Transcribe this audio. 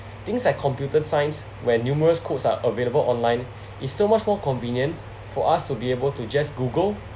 things like computer science where numerous quotes are available online is so much more convenient for us to be able to just google